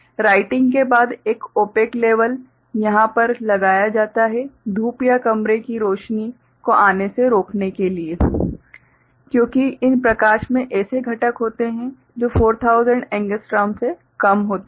writing के बाद एक ओपेक लेबल यहाँ पर लगाया जाता है धूप या कमरे की रोशनी को आने से रोकने के लिए क्योंकि इन प्रकाश में ऐसे घटक होते हैं जो 4000 एंग्स्ट्रॉम से कम होते हैं